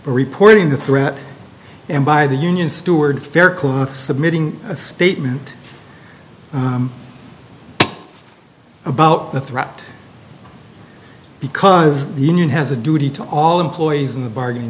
reporting the threat and by the union steward fair clock submitting a statement about the threat because the union has a duty to all employees in the bargaining